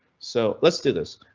so let's do this.